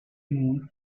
moon